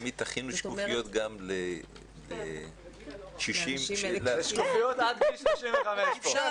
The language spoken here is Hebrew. אני מבקש שתמיד תכינו שקופיות גם לקשישים --- שקופיות עד גיל 35 פה.